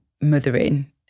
mothering